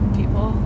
people